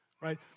right